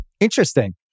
Interesting